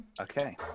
Okay